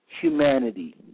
humanity